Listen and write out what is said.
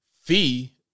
fee